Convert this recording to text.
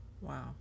Wow